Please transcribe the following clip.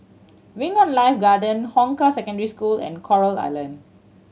Wing On Life Garden Hong Kah Secondary School and Coral Island